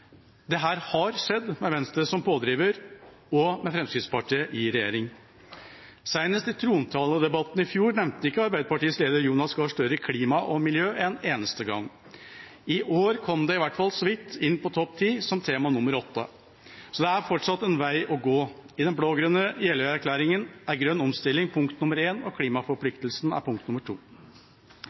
har skjedd med Venstre som pådriver og med Fremskrittspartiet i regjering. Så sent som i trontaledebatten i fjor nevnte ikke Arbeiderpartiets leder, Jonas Gahr Støre, klima og miljø en eneste gang. I år kom det i hvert fall så vidt inn på topp ti, som tema nr. 8. Så det er fortsatt en vei å gå. I den blå-grønne Jeløya-erklæringen er grønn omstilling punkt nr. 1, og klimaforpliktelsen er punkt